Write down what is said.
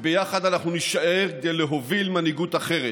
וביחד אנחנו נישאר כדי להוביל מנהיגות אחרת,